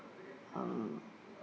um